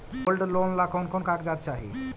Gold loan ला कौन कौन कागजात चाही?